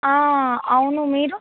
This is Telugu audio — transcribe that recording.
అవును మీరు